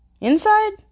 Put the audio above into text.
Inside